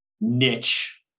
niche